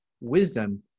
wisdom